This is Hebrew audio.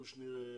קושניר,